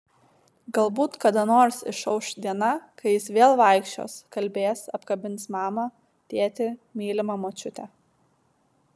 galbūt kada nors išauš diena kai jis vėl vaikščios kalbės apkabins mamą tėtį mylimą močiutę